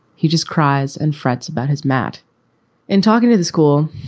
he just cries and frets about his mat and talking to the school.